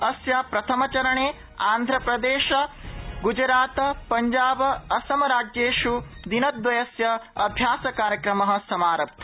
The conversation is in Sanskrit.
अस्य प्रथमचरणे आंध्र प्रदेश गुजरात पंजाब असम राज्येषु दिनद्वयस्य अभ्यासकार्यक्रम समारब्ध